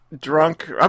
drunk